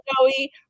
Joey